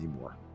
more